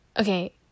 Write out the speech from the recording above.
okay